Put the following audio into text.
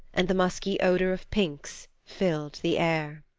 and the musky odor of pinks filled the air.